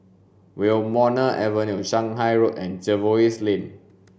Wilmonar Avenue Shanghai Road and Jervois Lane